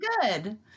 good